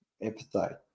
episode